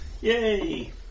Yay